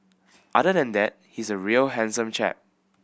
other than that he's a real handsome chap